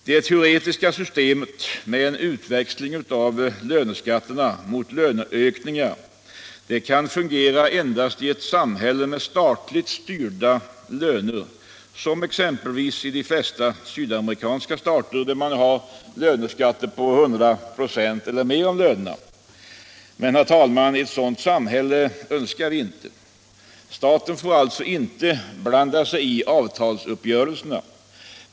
Det teoretiska systemet med en utväxling av löneskatterna mot löneökningar kan fungera endast i ett samhälle med statligt styrda löner, som exempelvis i de flesta sydamerikanska stater, där man har löneskatter på 100 96 eller mer av lönerna. Men, herr talman, ett sådant samhälle önskar vi inte. Staten får alltså inte blanda sig i avtalsuppgörelserna.